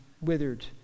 withered